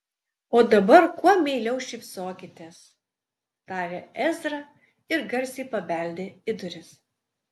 o dabar kuo meiliau šypsokitės tarė ezra ir garsiai pabeldė į duris